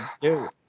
dude